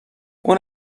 اون